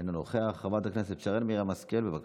חבר הכנסת מיכאל מרדכי ביטון,